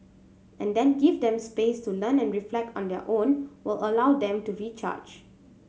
and then give them space to learn and reflect on their own will allow them to recharge